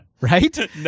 Right